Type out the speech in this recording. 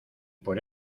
por